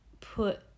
put